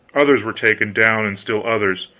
others were taken down, and still others.